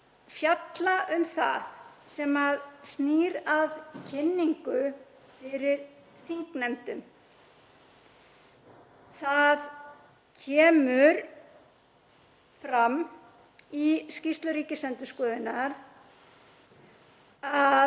fjalla um það sem snýr að kynningu fyrir þingnefndum. Það kemur fram í skýrslu Ríkisendurskoðunar að